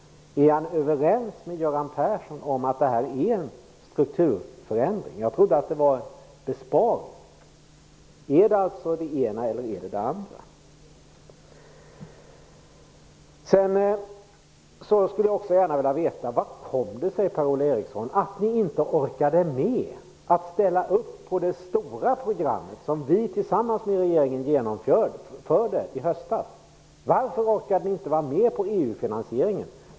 Är han överens med Göran Persson om att detta är en strukturförändring? Jag trodde att det var en besparing. Är det fråga om det ena eller det andra? Sedan skulle jag gärna vilja veta hur det kom sig, Per-Ola Eriksson, att ni inte orkade med att ställa upp på det stora programmet, som vi tillsammans med regeringen genomförde i höstas. Varför orkade ni inte vara med då på EU-finansieringen?